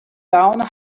down